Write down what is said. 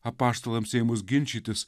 apaštalams ėmus ginčytis